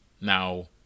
now